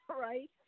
Right